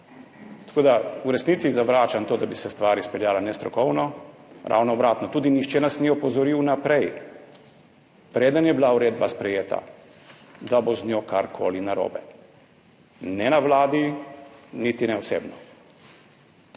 Tako da v resnici zavračam to, da bi se stvar izpeljala nestrokovno. Ravno obratno. Tudi nihče nas ni opozoril vnaprej, preden je bila uredba sprejeta, da bo z njo karkoli narobe, ne na Vladi niti ne osebno.